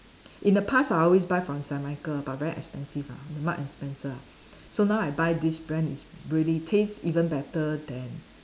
in the past I always buy from Saint Michael but very expensive ah the Marks and Spencer ah so now I buy this brand is really taste even better than